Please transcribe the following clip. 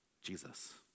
Jesus